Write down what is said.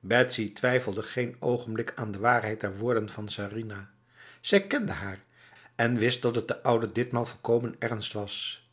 betsy twijfelde geen ogenblik aan de waarheid der woorden van sarinah zij kende haar en wist dat het der oude ditmaal volkomen ernst was